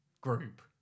group